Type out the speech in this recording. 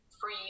Free